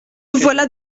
revoilà